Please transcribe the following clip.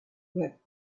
work